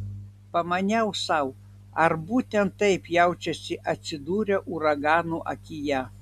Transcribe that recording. pamaniau sau ar būtent taip jaučiasi atsidūrę uragano akyje